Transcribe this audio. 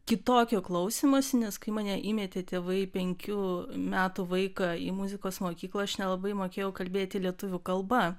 kitokio klausymosi nes kai mane įmetė tėvai penkių metų vaiką į muzikos mokyklą aš nelabai mokėjau kalbėti lietuvių kalba